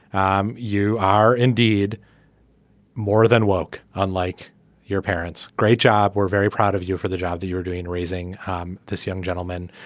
um you are indeed more than work unlike your parents. great job. we're very proud of you for the job that you're doing raising um this young gentleman.